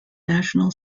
national